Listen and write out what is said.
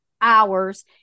hours